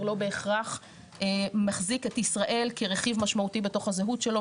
לא בהכרח מחזיק את ישראל כרכיב משמעותי בתוך הזהות שלו,